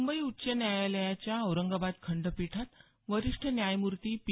मुंबई उच्च न्यायालयाच्या औरंगाबाद खंडपीठात वरिष्ठ न्यायमूर्ती पी